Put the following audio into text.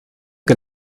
que